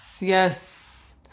yes